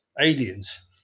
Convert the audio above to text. aliens